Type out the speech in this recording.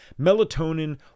melatonin